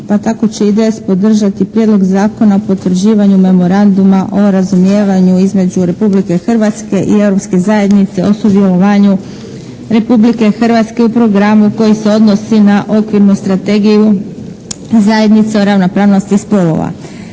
pa tako će IDS podržati Prijedlog zakona o potvrđivanju Memoranduma o razumijevanju između Republike Hrvatske i Europske zajednice o sudjelovanju Republike Hrvatske u programu koji se odnosi na okvirnu strategiju zajednice o ravnopravnosti spolova.